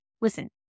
Listen